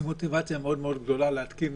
היא מוטיבציה מאוד מאוד גדולה להתקין